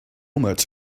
much